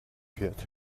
fährt